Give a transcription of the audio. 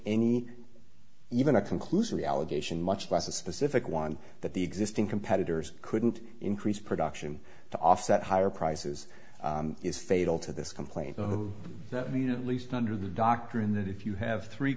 any even a conclusory allegation much less a specific one that the existing competitors couldn't increase production to offset higher prices is fatal to this complaint who made at least under the doctrine that if you have three